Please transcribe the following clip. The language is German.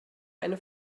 eine